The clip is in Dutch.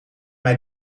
mij